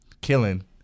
killing